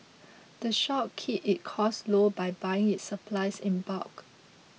the shop keeps its costs low by buying its supplies in bulk